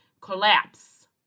collapse